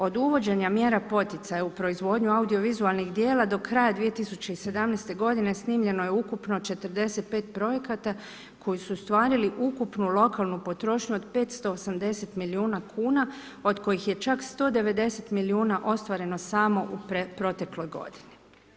Od uvođenja mjera poticaja u proizvodnju audiovizualnih djela do kraja 2017. g. snimljeno je ukupno 45 projekata koji su ostvarili ukupnu lokalnu potrošnju od 580 milijuna kuna, od koji je čak 190 milijuna ostvareno samo u protekloj godini.